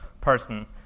person